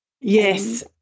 Yes